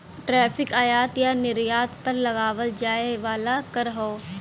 tariff आयात या निर्यात पर लगावल जाये वाला कर हौ